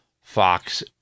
Fox